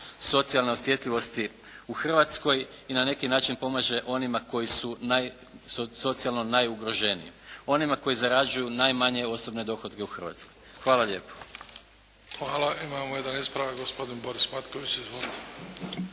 socijalne osjetljivosti u Hrvatskoj i na neki način pomaže onima koji su socijalno najugroženiji, onima koji zarađuju najmanje osobne dohotke u Hrvatskoj. Hvala lijepo. **Bebić, Luka (HDZ)** Hvala. Imamo jedan ispravak, gospodin Boris Matković. Izvolite.